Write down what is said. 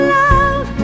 love